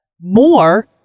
more